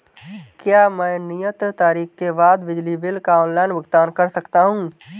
क्या मैं नियत तारीख के बाद बिजली बिल का ऑनलाइन भुगतान कर सकता हूं?